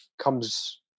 comes